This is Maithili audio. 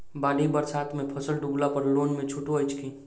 बाढ़ि बरसातमे फसल डुबला पर लोनमे छुटो अछि की